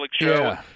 show